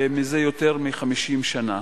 יותר מ-50 שנה,